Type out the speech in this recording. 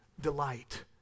delight